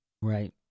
Right